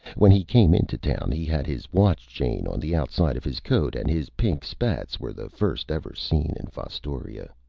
when he came into town he had his watch-chain on the outside of his coat, and his pink spats were the first ever seen in fostoria.